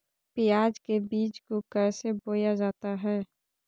प्याज के बीज को कैसे बोया जाता है?